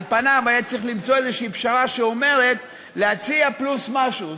על פניו היה צריך למצוא איזושהי פשרה שאומרת להציע פלוס משהו,